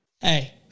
hey